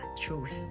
truth